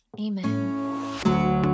amen